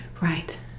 Right